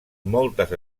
moltes